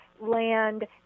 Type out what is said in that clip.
land